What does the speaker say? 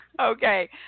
Okay